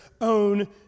own